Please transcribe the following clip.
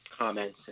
comments